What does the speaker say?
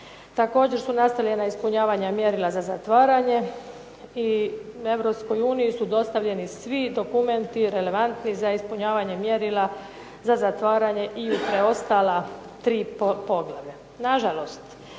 Također su nastavljena ispunjavanja mjerila za zatvaranje i Europskoj uniji su dostavljeni svi dokumenti relevantni za ispunjavanje mjerila za zatvaranje i preostala tri poglavlja.